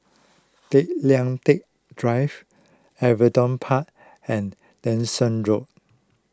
Tay Lian Teck Drive Everton Park and Dyson Road